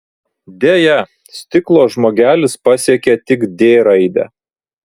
deja stiklo žmogelis pasiekė tik d raidę